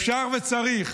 אפשר וצריך,